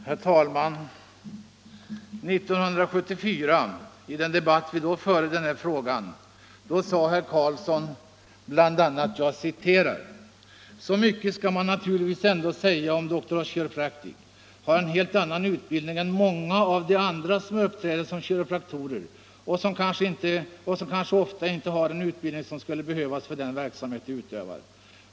Herr talman! I den debatt som vi förde i denna fråga 1974 sade herr Karlsson i Huskvarna bl.a. följande: ”Så mycket skall man naturligtvis ändå säga som att Doctors of Chiropractic har en helt annan utbildning än många av de andra som uppträder som kiropraktorer och som kanske ofta inte har den utbildning som skulle behövas för den verksamhet de utövar.